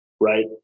right